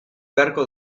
beharko